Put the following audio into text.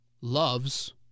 loves